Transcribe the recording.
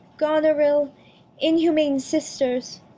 gonerill inhumane sisters,